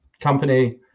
company